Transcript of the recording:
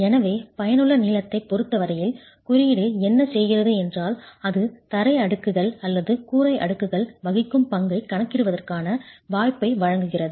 எனவே பயனுள்ள நீளத்தைப் பொறுத்த வரையில் குறியீடு என்ன செய்கிறது என்றால் அது தரை அடுக்குகள் அல்லது கூரை அடுக்குகள் வகிக்கும் பங்கைக் கணக்கிடுவதற்கான வாய்ப்பை வழங்குகிறது